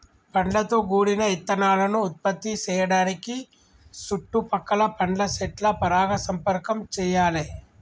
పండ్లతో గూడిన ఇత్తనాలను ఉత్పత్తి సేయడానికి సుట్టు పక్కల పండ్ల సెట్ల పరాగ సంపర్కం చెయ్యాలే